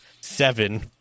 seven